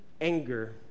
anger